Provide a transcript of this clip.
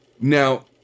Now